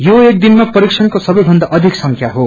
यो एक दिनमा परीक्षणको सबैषन्दा अधिक संख्याहो